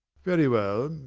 very well.